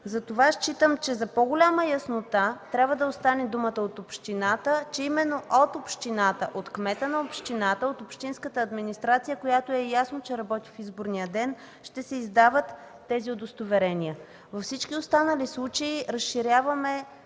Затова за по-голяма яснота трябва да остане думата „от общината”, че именно от общината, от кмета на общината, от общинската администрация, която е ясно, че работи в изборния ден, ще се издават тези удостоверения. Във всички останали случаи разширяваме